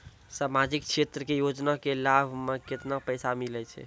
समाजिक क्षेत्र के योजना के लाभ मे केतना पैसा मिलै छै?